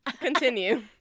continue